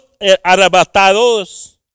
arrebatados